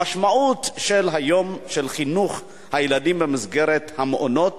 המשמעות היום של חינוך הילדים במסגרת המעונות